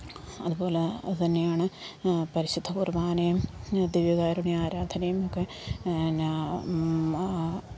അതുപോലെ തന്നെയാണ് പരിശുദ്ധ കുർബാനയും ദിവ്യ കാരുണ്യ ആരാധനയും ഒക്കെ എന്നാ